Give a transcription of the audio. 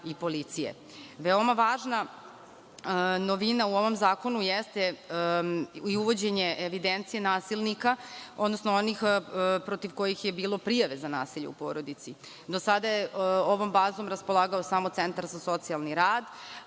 važna novina u ovom zakonu jeste i uvođenje evidencije nasilnika, odnosno onih protiv kojih je bilo prijave za nasilje u porodici. Do sada je ovom bazom raspolagao samo centar za socijalni rad,